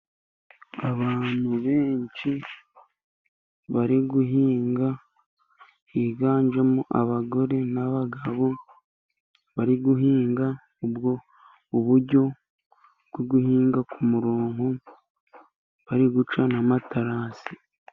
Abantu benshi bari guhinga higanjemo abagore n'abagabo, bari guhinga ubwo buryo bwo guhinga ku murongo bari guca n'amaterasi.